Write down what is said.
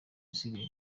isigaye